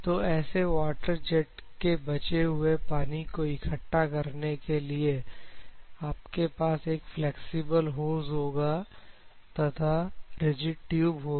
तो ऐसे water jet के बचे हुए पानी को इकठ्ठा करने के लिए आपके पास एक फ्लैक्सिबल होज होगा तथा रिजिड ट्यूब होगी